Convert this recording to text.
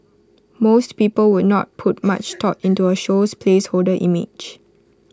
most people would not put much thought into A show's placeholder image